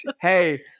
Hey